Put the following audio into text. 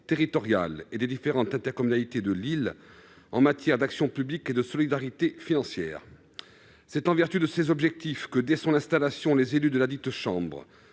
territoriales et des différentes intercommunalités de l'île en matière d'action publique et de solidarité financière. C'est en vertu de ces objectifs que, dès son installation, les élus de ladite chambre